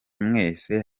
mwese